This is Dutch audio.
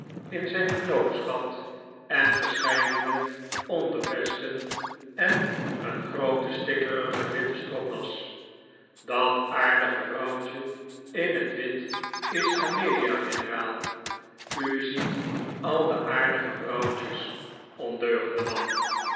in zijn knoopsgat en verscheidene ondervesten en een groote stikkerige witte stropdas dat aardige vrouwtje in het wit is amelia generaal u ziet al de aardige vrouwtjes ondeugende man